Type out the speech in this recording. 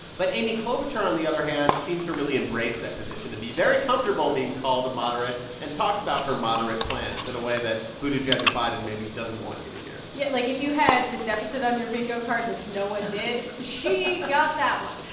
but amy klobuchar, on the other hand, seems to really embrace that position and be very comfortable being called a moderate and talks about her moderate plans in a way that buttigieg or biden maybe doesn't want you to hear yeah. like, if you had the deficit on your bingo card, which no one did, she got that one.